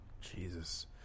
Jesus